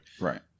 right